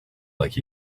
like